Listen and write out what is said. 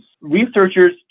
researchers